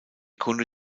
kunde